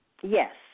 Yes